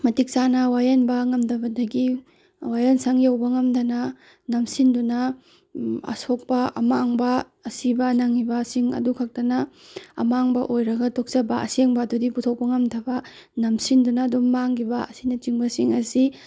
ꯃꯇꯤꯛ ꯆꯥꯅ ꯋꯥꯌꯦꯟꯕ ꯉꯝꯗꯕꯗꯒꯤ ꯋꯥꯌꯦꯜ ꯁꯪ ꯌꯧꯕ ꯉꯝꯗꯅ ꯅꯝꯁꯤꯟꯗꯨꯅ ꯑꯁꯣꯛꯄ ꯑꯃꯥꯡꯕ ꯑꯁꯤꯕ ꯅꯪꯉꯤꯕꯁꯤꯡ ꯑꯗꯨ ꯈꯛꯇꯅ ꯑꯃꯥꯡꯕ ꯑꯣꯏꯔꯒ ꯇꯣꯛꯆꯕ ꯑꯁꯦꯡꯕ ꯑꯗꯨꯗꯤ ꯄꯨꯊꯣꯛꯄ ꯉꯝꯗꯕ ꯅꯝꯁꯤꯟꯗꯨꯅ ꯑꯗꯨꯝ ꯃꯥꯡꯈꯤꯕ ꯑꯁꯤꯅ ꯆꯤꯡꯕꯁꯤꯡ ꯑꯁꯤ